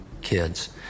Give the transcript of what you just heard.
kids